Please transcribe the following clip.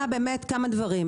לא רק שאין להם קורת גג מעל הראש,